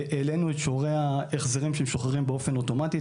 העלינו את שיעורי ההחזרים של המשוחררים באופן אוטומטי.